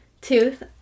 tooth